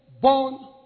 born